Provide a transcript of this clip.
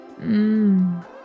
mmm